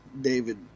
David